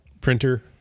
printer